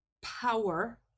power